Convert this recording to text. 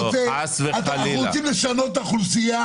אתם רוצים לשנות את האוכלוסייה